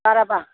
बाराबा